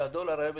הדולר היה בשפל.